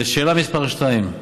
לשאלה 2: